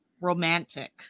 romantic